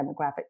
demographic